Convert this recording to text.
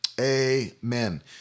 amen